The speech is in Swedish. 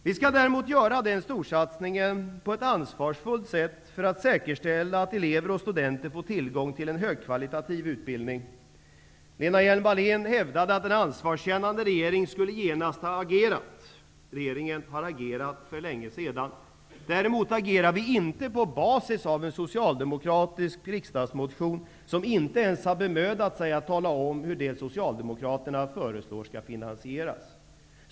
Vi skall däremot göra den storsatsningen på ett ansvarsfullt sätt för att säkerställa att elever och studenter får tillgång till en högkvalitativ utbildning. Lena HjelmWallén hävdade att en ansvarskännande regering skulle genast ha agerat. Regeringen har agerat för länge sedan. Däremot agerar vi inte på basis av en socialdemokratisk riksdagsmotion, där man inte ens bemödat sig om att tala om hur det som Socialdemokraterna föreslår skall finansieras.